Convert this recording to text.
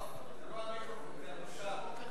זה לא המיקרופון, זו הבושה.